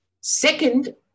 Second